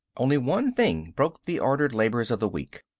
only one thing broke the ordered labors of the week.